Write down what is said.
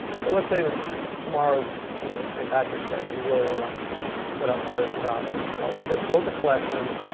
so let's say that tomorrow is you know saint patrick's day. and we really want to put up irish travel. well, we just built a collection.